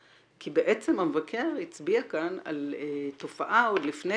כי בעצם המבקר הצביע כאן על תופעה עוד לפני